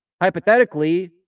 Hypothetically